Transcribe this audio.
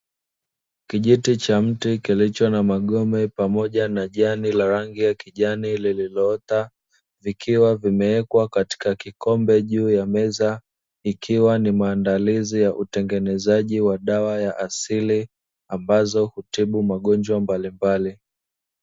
Kijiti cha mti kilicho na magome, pamoja na jani la rangi ya kijani lililoota, vikiwa vimewekwa katika kikombe juu ya meza, ikiwa ni maandalizi ya utengenezaji wa dawa ya asili, ambazo hutibu magonjwa mbalimbali.